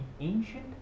ancient